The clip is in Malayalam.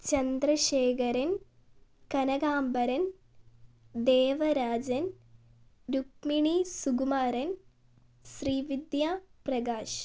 ചന്ദ്രശേഖരൻ കനകാംബരൻ ദേവരാജൻ രുക്മിണി സുകുമാരൻ ശ്രീവിദ്യ പ്രകാശ്